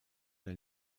der